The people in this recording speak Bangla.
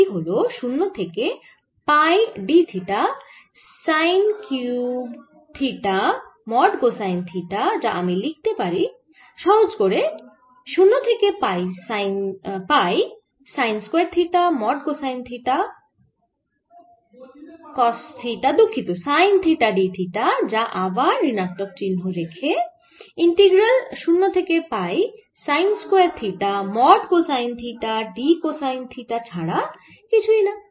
এটি হল 0 থেকে pi d theta sine cube theta mod cosine theta যা আমি লিখতে পারি সহজ করে 0 থেকে pi sine square theta mod cosine theta cos theta দুঃখিত সাইন থিটা d থিটা যা আবার ঋণাত্মক চিহ্ন বাইরে রেখে ইন্টিগ্রাল 0 থেকে pi sine square theta mod cosine theta d cosine theta ছাড়া কিছুই না